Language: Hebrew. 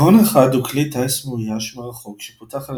הרון 1 הוא כלי טיס מאויש מרחוק שפותח על